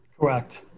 Correct